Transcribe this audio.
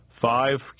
five